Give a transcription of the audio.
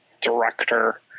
director